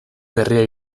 berria